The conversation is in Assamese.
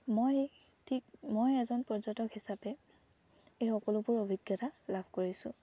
মই ঠিক মই এজন পৰ্যটক হিচাপে এই সকলোবোৰ অভিজ্ঞতা লাভ কৰিছোঁ